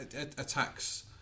attacks